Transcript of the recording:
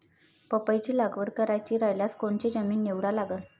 पपईची लागवड करायची रायल्यास कोनची जमीन निवडा लागन?